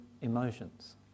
emotions